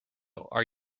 are